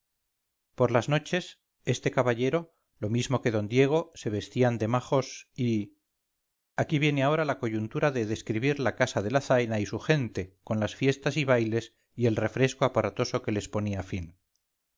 por las noches este caballero lo mismo que d diego se vestían de majos y aquí viene ahora la coyuntura de describir la casa de la zaina y su gente con las fiestas y bailes y el refresco aparatoso que les ponía fin